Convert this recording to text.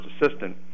assistant